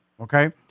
okay